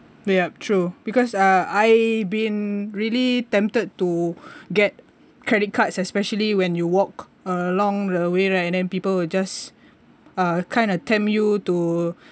ya true because uh I been really tempted to get credit cards especially when you walk along the way right and then people will just uh kind of tempt you to